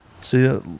see